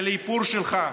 של האיפור שלך,